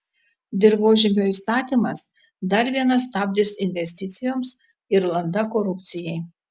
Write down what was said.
dirvožemio įstatymas dar vienas stabdis investicijoms ir landa korupcijai